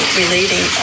relating